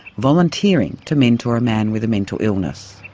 volunteering to mentor a man with a mental illness.